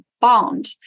bond